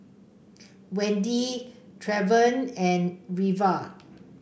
Wendy Trevion and Reva